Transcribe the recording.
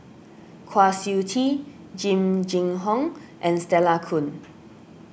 Kwa Siew Tee Jing Jun Hong and Stella Kon